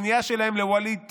הכניעה שלהם לווליד טאהא,